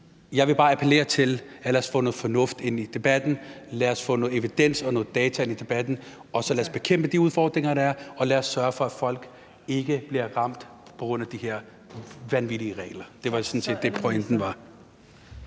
Jeg vil bare appellere til, at vi får noget fornuft ind i debatten. Lad os få noget evidens og nogle data ind i debatten, og så lad os bekæmpe de udfordringer, der er, og lad os sørge for, at folk ikke bliver ramt af de her vanvittige regler. Det var sådan set det, der var